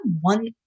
one